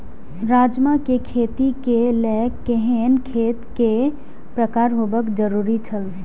राजमा के खेती के लेल केहेन खेत केय प्रकार होबाक जरुरी छल?